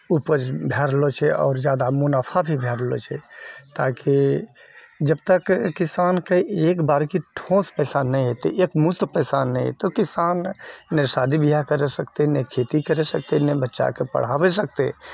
उपज भऽ रहलऽ छै आओर ज्यादा मुनाफा भी भऽ रहलऽ छै ताकि जबतक किसानके एक बार कि ठोस पैसा नहि एतै एकमुश्त पैसा नहि एतै तऽ किसान नहि शादी बिआह करि सकतै नहि खेती करि सकतै नहि बच्चाके पढ़ाबै सकतै